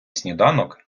сніданок